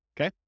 okay